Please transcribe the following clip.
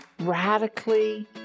radically